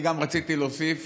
אני גם רציתי להוסיף